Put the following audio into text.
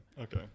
Okay